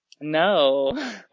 No